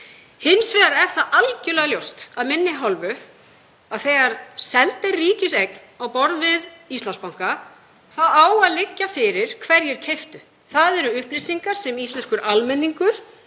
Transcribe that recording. Hins vegar er það algerlega ljóst af minni hálfu að þegar ríkiseign á borð við Íslandsbanka er seld þá á að liggja fyrir hverjir keyptu. Það eru upplýsingar sem íslenskur almenningur